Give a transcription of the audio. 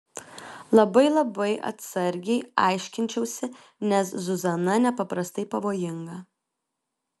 labai labai atsargiai aiškinčiausi nes zuzana nepaprastai pavojinga